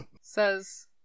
says